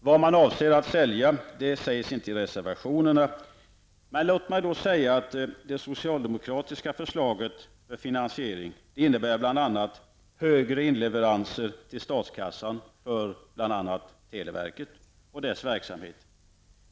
Vad man avser att sälja sägs inte i reservationerna. Men låt mig då säga att det socialdemokratiska förslaget för finansiering bl.a. innebär högre inleveranser till statskassan för bl.a. televerket och dess verksamhet.